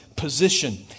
position